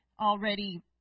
already